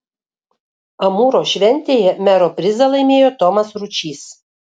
amūro šventėje mero prizą laimėjo tomas ručys